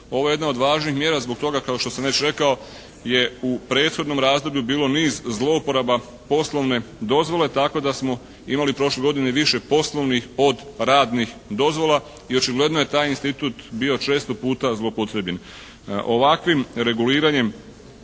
Ovo je jedna od važnih mjera zbog toga kao što sam već rekao je u prethodnom razdoblju bilo niz zlouporaba poslovne dozvole tako da smo imali prošle godine imali više poslovnih od radnih dozvola i očigledno je taj institut bio često puta zloupotrebljen. Ovakvim reguliranjem